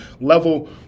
level